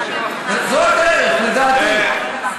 זו הדרך, לדעתי.